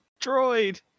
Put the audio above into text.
droid